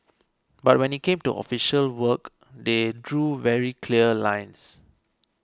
but when it came to official work they drew very clear lines